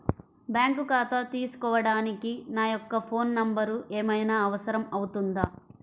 Bank ఖాతా తీసుకోవడానికి నా యొక్క ఫోన్ నెంబర్ ఏమైనా అవసరం అవుతుందా?